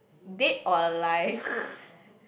dead or alive